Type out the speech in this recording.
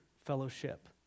fellowship